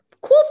cool